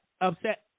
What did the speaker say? upset